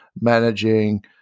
managing